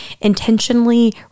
intentionally